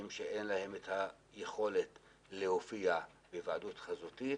אין להם את היכולת להופיע בוועדות חזותית